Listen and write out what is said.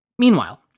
Meanwhile